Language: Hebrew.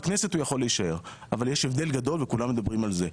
בכנסת הוא יכול להישאר אבל יש הבדל גדול וכולם מדברים על זה.